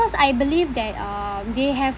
cause I believe that uh they have